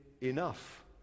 enough